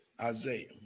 Isaiah